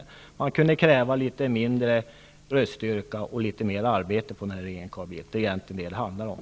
Man kunde kräva litet mindre röststyrka och litet mer arbete av den här regeringen, Carl Bildt. Det är vad det egentligen handlar om.